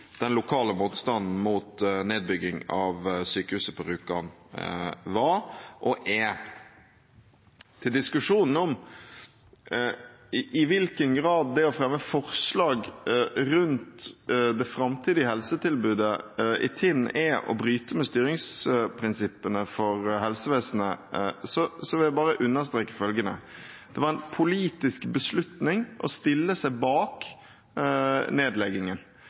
den lokale motstanden mot nedbygging av sykehuset på Rjukan var og er. Til diskusjonen om i hvilken grad det å fremme forslag rundt det framtidige helsetilbudet i Tinn er å bryte med styringsprinsippene for helsevesenet, vil jeg bare understreke følgende: Det var en politisk beslutning å stille seg bak nedleggingen.